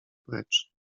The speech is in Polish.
precz